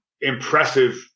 impressive